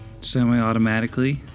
semi-automatically